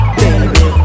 baby